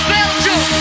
Belgium